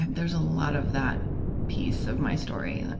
and there's a lot of that piece of my story.